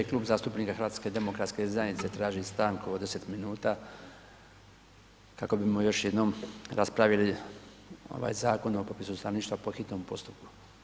Klub zastupnika HDZ-a traži stanku od 10 min kako bismo još jednom raspravili ovaj Zakon o popisu stanovništva po hitnom postupku.